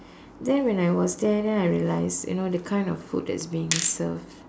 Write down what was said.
then when I was there then I realise you know the kind of food that is being served